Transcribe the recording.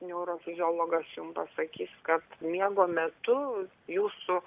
neurofiziologas jum pasakys kad miego metu jūsų